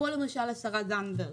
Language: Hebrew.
כמו למשל השרה זנדברג.